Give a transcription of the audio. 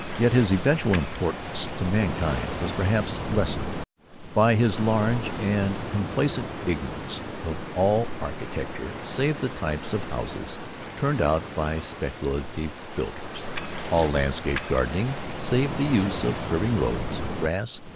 yet his eventual importance to mankind was perhaps lessened by his large and complacent ignorance of all architecture save the types of houses turned out by speculative builders all landscape gardening save the use of curving roads, grass,